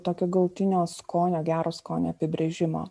tokio galutinio skonio gero skonio apibrėžimo